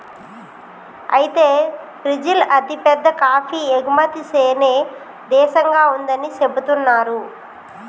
అయితే బ్రిజిల్ అతిపెద్ద కాఫీ ఎగుమతి సేనే దేశంగా ఉందని సెబుతున్నారు